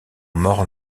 morts